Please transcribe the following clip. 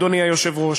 אדוני היושב-ראש,